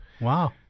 wow